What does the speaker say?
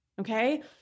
Okay